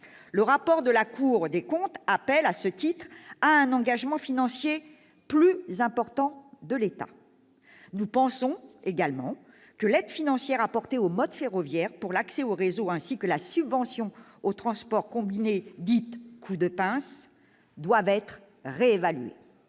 le rapport de la Cour des comptes appelle à un engagement financier plus important de l'État. Nous pensons également que l'aide financière apportée au mode ferroviaire pour l'accès au réseau, ainsi que la subvention au transport combiné dite « coup de pince » doivent être réévaluées.